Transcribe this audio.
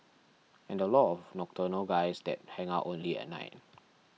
and a lot of nocturnal guys that hang out only at night